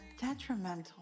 detrimental